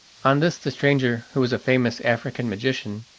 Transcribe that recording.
on this the stranger, who was a famous african magician,